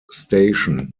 station